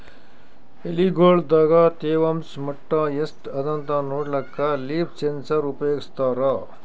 ಎಲಿಗೊಳ್ ದಾಗ ತೇವಾಂಷ್ ಮಟ್ಟಾ ಎಷ್ಟ್ ಅದಾಂತ ನೋಡ್ಲಕ್ಕ ಲೀಫ್ ಸೆನ್ಸರ್ ಉಪಯೋಗಸ್ತಾರ